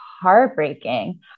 heartbreaking